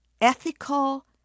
ethical